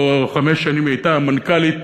שבו חמש שנים היא הייתה מנכ"לית,